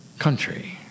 Country